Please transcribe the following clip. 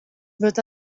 wird